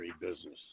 business